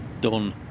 done